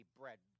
bread